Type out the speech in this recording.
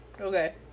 Okay